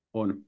on